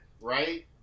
right